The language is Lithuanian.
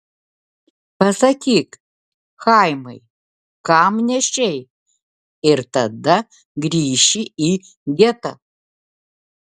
pasakyk chaimai kam nešei ir tada grįši į getą